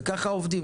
וככה עובדים.